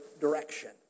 direction